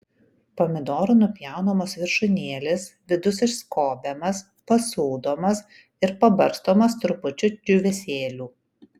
pomidorų nupjaunamos viršūnėlės vidus išskobiamas pasūdomas ir pabarstomas trupučiu džiūvėsėlių